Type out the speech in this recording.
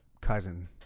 cousin